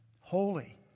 Holy